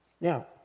Now